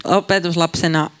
opetuslapsena